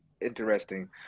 interesting